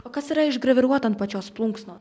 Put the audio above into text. o kas yra išgraviruoti ant pačios plunksnos